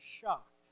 shocked